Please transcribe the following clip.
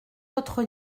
votre